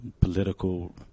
political